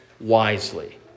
wisely